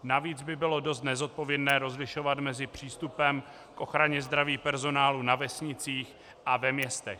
Navíc by bylo dost nezodpovědné rozlišovat mezi přístupem k ochraně zdraví personálu na vesnicích a ve městech.